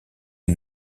est